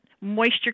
moisture